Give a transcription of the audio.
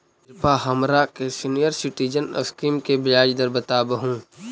कृपा हमरा के सीनियर सिटीजन स्कीम के ब्याज दर बतावहुं